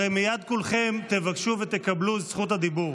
הרי מייד כולכם תבקשו ותקבלו את זכות הדיבור,